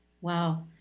Wow